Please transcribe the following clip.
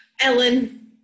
Ellen